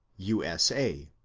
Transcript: u. s. a,